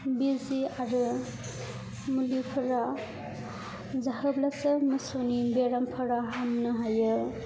बिजि आरो मुलिफोरा जाहोब्लासो मोसौनि बेरामफोरा हामनो हायो